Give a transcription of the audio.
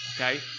Okay